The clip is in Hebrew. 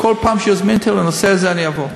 כל פעם שיזמינו אותי לנושא הזה אני אבוא.